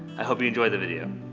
i hope you enjoy the video.